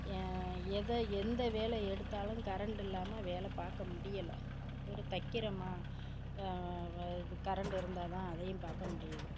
எதை எந்த வேலை எடுத்தாலும் கரண்ட் இல்லாமல் வேலை பார்க்க முடியலை ஒரு தைக்கிறமோ கரண்ட் இருந்தால் தான் அதையும் பார்க்க முடியுது